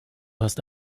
hast